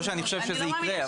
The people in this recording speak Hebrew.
לא שאני חושב שזה יקרה,